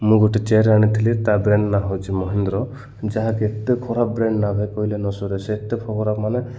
ମୁଁ ଗୋଟେ ଚେୟାର ଆଣିଥିଲି ତା ବ୍ରାଣ୍ଡ ନାଁ ହଉଛି ମହେନ୍ଦ୍ର ଯାହାକି ଏତେ ଖରାପ ବ୍ରାଣ୍ଡ ନା ଭାଇ କହିଲେ ନ ସରେ ସେ ଏତେ ଖ ଖରାପ ମାନେ